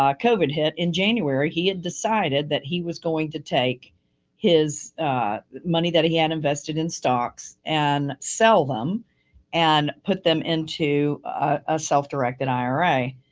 um covid hit in january, he had decided that he was going to take his money that he had invested in stocks and sell them and put them into a self-directed ira.